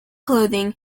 clothing